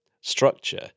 structure